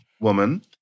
woman